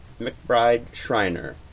McBride-Schreiner